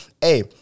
hey